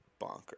bonkers